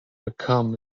become